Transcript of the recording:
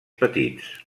petits